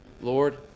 Lord